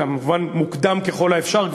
כמובן מוקדם ככל האפשר,